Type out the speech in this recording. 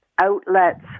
outlets